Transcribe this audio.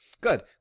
Good